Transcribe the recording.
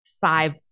five